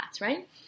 right